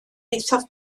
eithaf